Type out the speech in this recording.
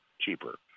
cheaper